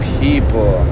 people